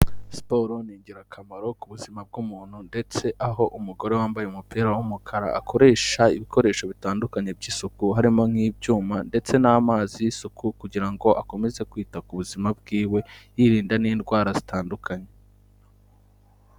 Siporo ni ingirakamaro ku buzima bw’ umuntu. Ndetse aho umugore wambaye umupira w’ umukara akoresha ibikoresho bitandukanye by’ isuku harimo n’ ibyuma ndetse n’ amazi y’ isuku kugirango akomeze kwita ku buzima bwiwe yirinda n’ indwara zitandukanye.